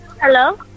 Hello